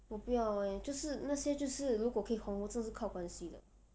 我不要 eh 就是那些就是如果可以红 hor 真的是靠关系的